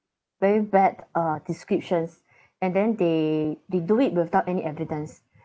very bad uh descriptions and then they they do it without any evidence